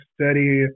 study